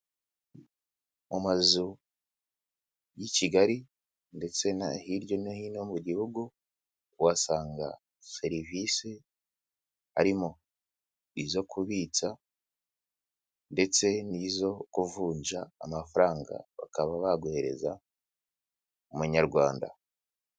Mu mazu y'i Kigali ndetse no hirya no hino mu gihugu, uhasanga serivise harimo izo kubitsa ndetse n'izo kuvunja amafaranga bakaba baguhereza Amanyarwanda.